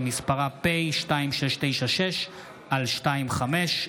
שמספרה פ/2696/25.